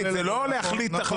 טכני, זה לא להחליט החלטות.